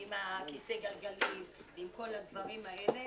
עם כיסא הגלגלים, עם כל הדברים האלה